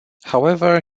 however